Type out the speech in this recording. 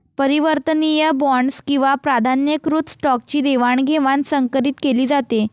परिवर्तनीय बॉण्ड्स किंवा प्राधान्यकृत स्टॉकची देवाणघेवाण संकरीत केली जाते